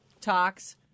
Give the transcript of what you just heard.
talks